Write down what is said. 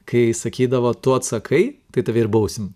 kai sakydavo tu atsakai tai tave ir bausim